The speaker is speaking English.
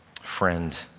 friend